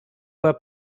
were